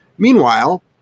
Meanwhile